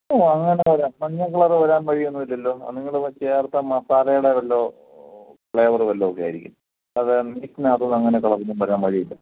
അങ്ങനെ വരാൻ അങ്ങനെ വരാൻ വഴിയൊന്നുമില്ലല്ലോ അത് നിങ്ങൾ ചേർത്ത മസാലേടെ വല്ലോം ഫ്ലേവറ് വല്ലൊക്കെ ആയിരിക്കും അത് ബീഫിനകത്ത് അങ്ങനെ കളറൊന്നും വരാൻ വഴിയില്ല